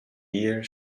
year